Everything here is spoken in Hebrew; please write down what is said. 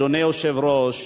אדוני היושב-ראש,